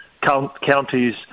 counties